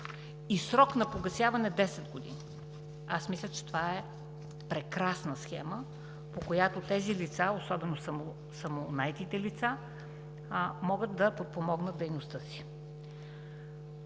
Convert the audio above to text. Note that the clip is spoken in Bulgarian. и срок на погасяване 10 години. Аз мисля, че това е прекрасна схема, по която тези лица, особено самонаетите лица, могат да подпомогнат дейността си.